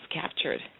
captured